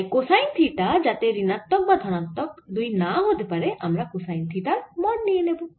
তাই cosine theta যাতে ঋণাত্মক বা ধনাত্মক দুই না হতে পারে আমরা কোসাইন থিটার মড নেব